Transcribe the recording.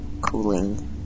cooling